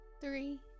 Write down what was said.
three